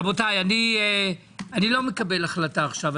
רבותיי איני מקבל החלטה עכשיו.